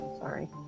Sorry